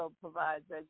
provides